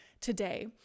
today